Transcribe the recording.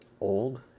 old